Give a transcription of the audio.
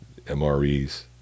mres